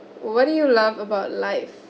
what do you love about life